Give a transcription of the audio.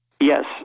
yes